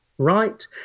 Right